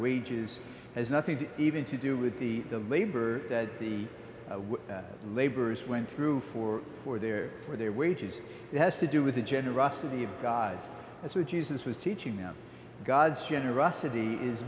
wages has nothing to even to do with the the labor that the labor is went through for for their for their wages it has to do with the generosity of god as with jesus was teaching them god's generosity is